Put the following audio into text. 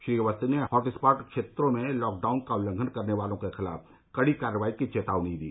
श्री अवस्थी ने हॉटस्पॉट क्षेत्रों में लॉकडाउन का उल्लंघन करने वालों के खिलाफ कड़ी कार्रवाई की चेतावनी दी